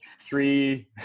Three